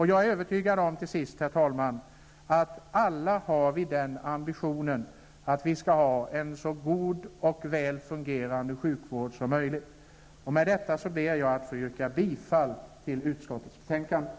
Jag är övertygad om att vi alla har den ambitionen att vi skall skapa en så god och väl fungerande sjukvård som möjligt. Herr talman! Med detta ber jag att få yrka bifall till utskottets hemställan.